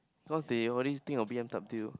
not they only thinks of B_M_W